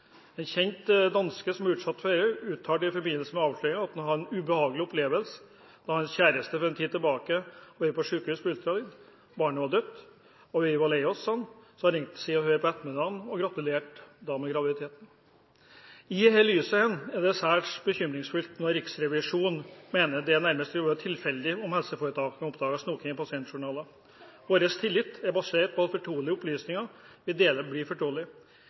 En kjent danske som ble utsatt for det, uttalte i forbindelse med avsløringen at han hadde en ubehagelig opplevelse da hans kjæreste for en tid tilbake var inne på sykehuset for ultralyd. Barnet var dødt, vi var lei oss, sa han, og så ringte Se og Hør på ettermiddagen og gratulerte med graviditeten. I dette lys er det særs bekymringsfullt når Riksrevisjonen mener det nærmest ville være tilfeldig om helseforetakene oppdaget snoking i pasientjournaler. Vår tillit er basert på at fortrolige opplysninger vi deler,